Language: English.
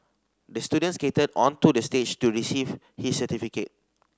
the student skated onto the stage to receive his certificate